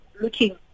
looking